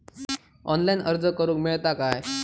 Online अर्ज करूक मेलता काय?